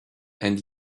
and